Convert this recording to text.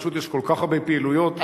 פשוט יש כל כך הרבה פעילויות בבית,